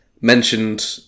mentioned